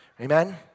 Amen